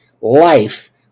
life